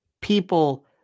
People